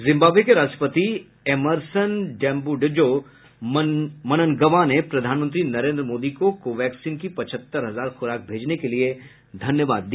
जिम्बाम्बे के राष्ट्रपति Emmerson Dambudzo Mnangagwa ने प्रधानमंत्री नरेंद्र मोदी को कोवैक्सीन की पचहत्तर हजार खुराक भेजने के लिए धन्यवाद दिया